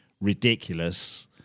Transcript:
ridiculous